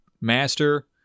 master